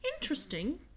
Interesting